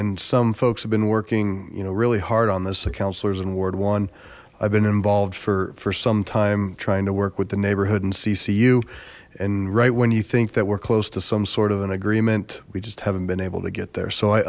and some folks have been working you know really hard on this the councillors in ward one i've been involved for for some time trying to work with the neighborhood and ccu and right when you think that we're close to some sort of an agreement we just haven't been able to get there so i